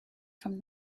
from